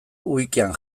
wikian